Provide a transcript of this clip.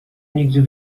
nigdy